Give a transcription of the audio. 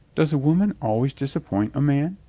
does a woman always dis appoint a man?